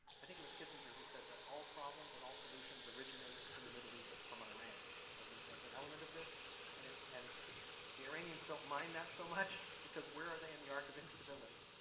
i think it was kissinger who said that all problems and all solutions originate in the middle east from iran as an as an element of this and if and the iranians don't mind that so much because where are they in the arc of instability?